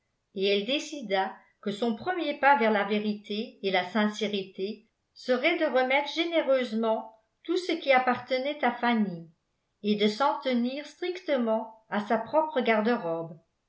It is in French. et elle décida que son premier pas vers la vérité et la sincérité serait de remettre généreusement tout ce qui appartenait à fanny et de s'en tenir strictement à sa propre garde-robe